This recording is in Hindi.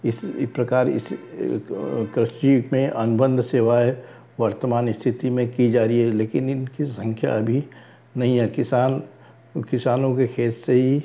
इसी प्रकार कृषि में अनुबंध सेवाएँ वर्तमान स्तिथि में की जा रही हैं लेकिन इनकी संख्या अभी नहीं है किसान किसानों के खेत से ही